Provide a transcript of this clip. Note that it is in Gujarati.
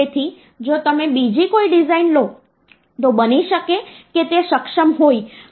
તેથી તમારે તેને વધુ 2 શૂન્ય વડે વધારવું પડશે